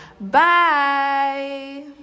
bye